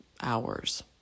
hours